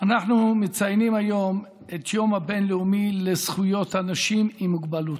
אנחנו מציינים היום את היום הבין-לאומי לזכויות אנשים עם מוגבלות.